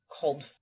called